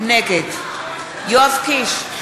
נגד יואב קיש,